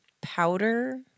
powder